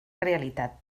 realitat